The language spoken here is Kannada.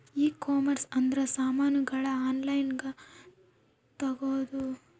ಈ ಕಾಮರ್ಸ್ ಅಂದ್ರ ಸಾಮಾನಗಳ್ನ ಆನ್ಲೈನ್ ಗ ತಗೊಂದು